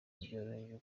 byoroheje